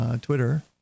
Twitter